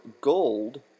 gold